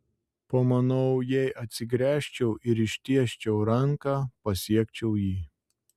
pamanau jei atsigręžčiau ir ištiesčiau ranką pasiekčiau jį